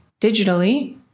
digitally